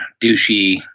douchey